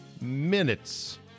minutes